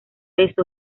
eso